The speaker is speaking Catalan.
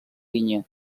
vinya